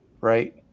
right